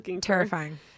terrifying